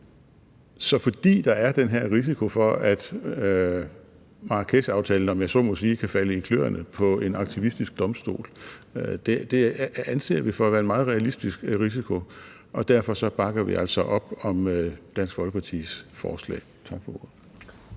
lovgivning om. Så risikoen for, at Marrakesherklæringen, om jeg må så sige, kan falde i kløerne på en aktivistisk domstol, anser vi for at være en meget realistisk risiko, og derfor bakker vi altså op om Dansk Folkepartis forslag. Tak for ordet.